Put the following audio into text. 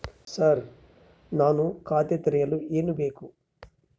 Sir ನಾನು ಖಾತೆ ತೆರೆಯಲು ಏನು ಬೇಕು?